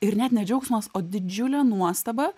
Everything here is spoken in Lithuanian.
ir net ne džiaugsmas o didžiulė nuostaba